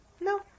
No